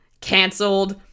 canceled